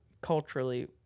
culturally